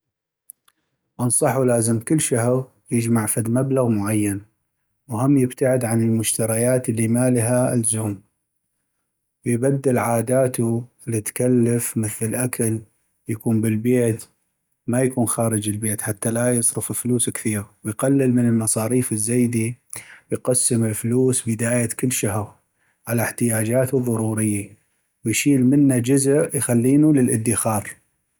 انصحو لازم كل شهغ يجمع فد مبلغ معين ، وهم يبتعد عن المشتريات. اللي ما لها الزوم ، ويبدل عاداتو ال تكلف مثل الاكل يكون بالبيت ما يكون خارج البيت حتى لا يصرف فلوس كثيغ ، ويقلل من المصاريف الزيدي ويقسم الفلوس بداية كل شهغ على احتياجاتو الضروري ويشيل منه جزء يخلينو للادخار